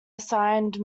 assigned